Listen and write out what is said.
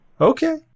okay